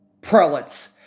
prelates